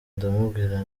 ndamubwira